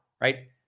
right